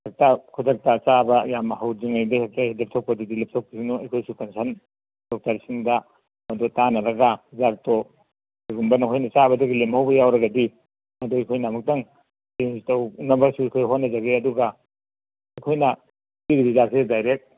ꯍꯦꯛꯇ ꯈꯨꯗꯛꯇ ꯆꯥꯕ ꯌꯥꯝꯅ ꯍꯧꯗ꯭ꯔꯤꯎꯉꯩꯗ ꯍꯦꯛꯇ ꯂꯦꯞꯊꯣꯛꯄꯗꯨꯗꯤ ꯂꯦꯞꯊꯣꯛꯄꯤꯒꯅꯣ ꯑꯩꯈꯣꯏꯁꯨ ꯀꯟꯁꯔꯟ ꯗꯣꯛꯇꯔꯁꯤꯡꯗ ꯃꯗꯨ ꯇꯥꯟꯅꯔꯒ ꯍꯤꯗꯥꯛꯇꯨ ꯀꯩꯒꯨꯝꯕ ꯅꯈꯣꯏꯅ ꯆꯥꯕꯗꯨꯒꯤ ꯂꯦꯝꯍꯧꯕ ꯌꯥꯎꯔꯒꯗꯤ ꯃꯗꯨ ꯑꯩꯈꯣꯏꯅ ꯑꯃꯨꯛꯇꯪ ꯆꯦꯟꯁ ꯇꯧꯅꯕꯁꯨ ꯑꯩꯈꯣꯏ ꯍꯣꯠꯅꯖꯒꯦ ꯑꯗꯨꯒ ꯑꯩꯈꯣꯏꯅ ꯄꯤꯔꯤꯕ ꯍꯤꯗꯥꯛꯁꯦ ꯗꯥꯏꯔꯦꯛ